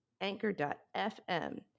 anchor.fm